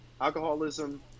alcoholism